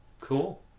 cool